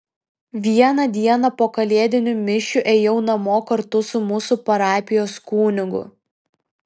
vieną dieną po kalėdinių mišių ėjau namo kartu su mūsų parapijos kunigu